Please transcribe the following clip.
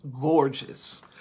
gorgeous